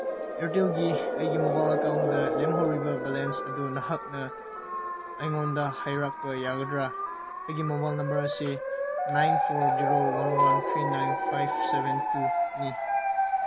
ꯑꯦꯌꯥꯔꯇꯦꯜꯒꯤ ꯑꯩꯒꯤ ꯃꯣꯕꯥꯏꯜ ꯑꯦꯀꯥꯎꯟꯗ ꯂꯦꯝꯍꯧꯔꯤꯕ ꯕꯦꯂꯦꯟꯁ ꯑꯗꯨ ꯅꯍꯥꯛꯅ ꯑꯩꯉꯣꯟꯗ ꯍꯥꯏꯔꯛꯄ ꯌꯥꯒꯗ꯭ꯔꯥ ꯑꯩꯒꯤ ꯃꯣꯕꯥꯏꯜ ꯅꯝꯕꯔ ꯑꯁꯤ nine four zero one one three nine five seven ꯇꯨꯅꯤ